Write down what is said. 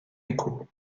écho